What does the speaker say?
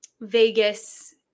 Vegas